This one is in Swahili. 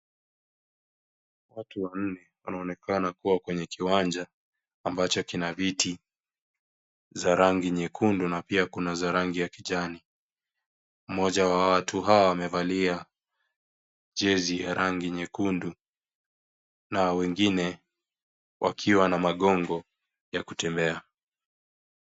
Watu wanne wanaonekana kuwa kwenye kiwanja ambacho kina viti za rangi nyekundu na pia kuna za rangi ya kijani. Mmoja wa watu hawa amevalia jezi ya rangi nyekundu na wengine wakiwa na magongo ya kutembea.